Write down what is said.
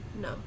No